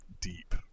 deep